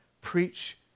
preach